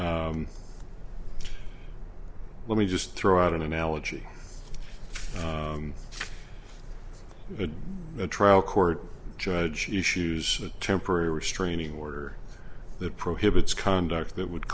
so let me just throw out an analogy that the trial court judge issues a temporary restraining order that prohibits conduct that would